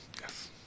Yes